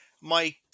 Mike